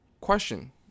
Question